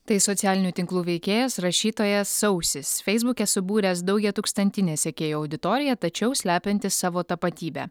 tai socialinių tinklų veikėjas rašytojas sausis feisbuke subūręs daugiatūkstantinę sekėjų auditoriją tačiau slepiantis savo tapatybę